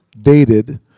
dated